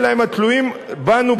אלא הם תלויים בנו,